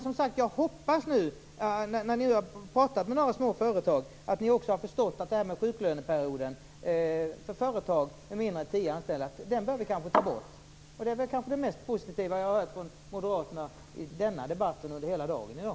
Som sagt, jag hoppas nu att ni, efter att ni har varit i kontakt med en del småföretag, har förstått att detta med sjuklöneperioden för företag med mindre än tio anställda borde tas bort. Det är kanske det mest positiva som jag har hört från moderaterna i hela denna debatt i dag.